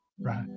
right